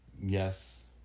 Yes